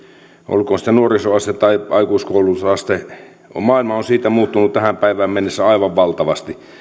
olkoon sitten nuorisoaste tai aikuiskoulutusaste maailma on muuttunut tähän päivään mennessä aivan valtavasti